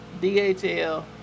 DHL